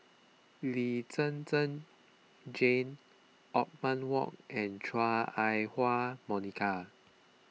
Lee Zhen Zhen Jane Othman Wok and Chua Ah Huwa Monica